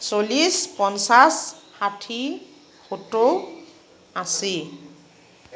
চল্লিছ পঞ্চাছ ষাঠি সত্তৰ আশী